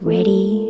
Ready